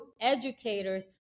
educators